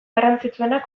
garrantzitsuenak